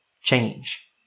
change